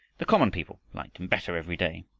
the common people liked him better every day.